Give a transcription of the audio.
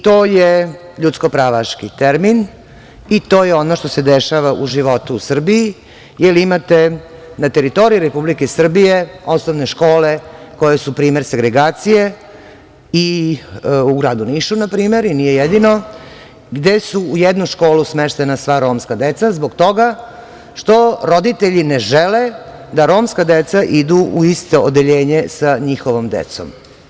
To je ljudsko pravaški termin i to je ono što se dešava u životu u Srbiji, jer imate ne teritoriji Republike Srbije osnovne škole koje su primer segregacije, na primer u gradu Nišu i nije jedino, gde su u jednu školu smeštena sva romska deca, zbog toga što roditelji ne žele da romska deca idu u isto odeljenje sa njihovom decom.